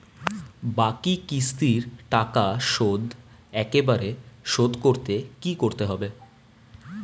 বাকি কিস্তির টাকা শোধ একবারে শোধ করতে কি করতে হবে?